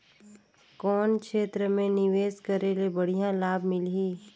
कौन क्षेत्र मे निवेश करे ले बढ़िया लाभ मिलही?